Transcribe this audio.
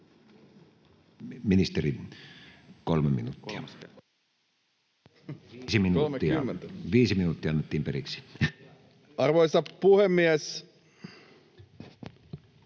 Viisi minuuttia!] — Viisi minuuttia, annettiin periksi. Arvoisa puhemies!